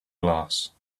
glass